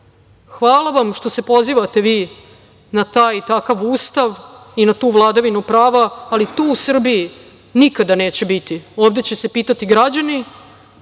vam što se pozivate vi na taj takav ustav i na tu vladavinu prava, ali to u Srbiji nikada neće biti. Ovde će se pitati građani